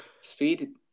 Speed